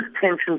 tensions